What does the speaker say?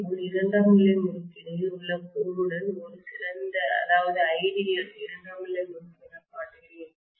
இதேபோல் இரண்டாம் நிலை முறுக்கு இடையில் உள்ள கோருடன் ஒரு ஐடியல்சிறந்த இரண்டாம் நிலை முறுக்கு எனக் காட்டுகிறேன்